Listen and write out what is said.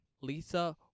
Lisa